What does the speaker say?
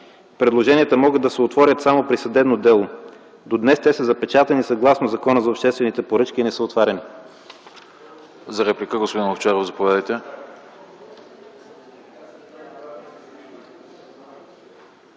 Предложенията могат да се отворят само при съдебно дело. До днес те са запечатани, съгласно Закона за обществените поръчки, и не са отваряни.